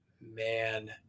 Man